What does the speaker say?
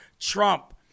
Trump